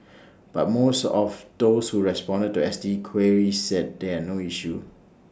but most of those who responded to S T queries said they had no issue